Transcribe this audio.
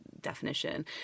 definition